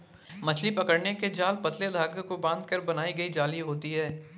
मछली पकड़ने के जाल पतले धागे को बांधकर बनाई गई जाली होती हैं